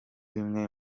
bimwe